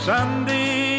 Sunday